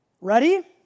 Ready